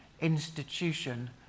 institution